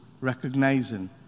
recognizing